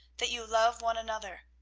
that you love one another.